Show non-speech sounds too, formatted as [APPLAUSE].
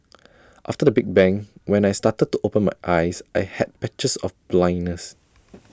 [NOISE] after the big bang when I started to open my eyes I had patches of blindness [NOISE]